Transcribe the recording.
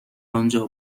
آنجا